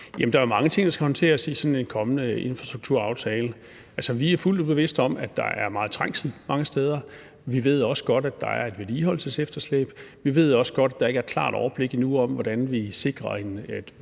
Der er jo mange ting, der skal håndteres i sådan en kommende infrastrukturaftale. Vi er fuldt ud bevidste om, at der er meget trængsel mange steder. Vi ved også godt, at der er et vedligeholdelsesefterslæb. Vi ved også godt, at der endnu ikke er et klart overblik over, hvordan vi sikrer,